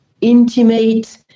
intimate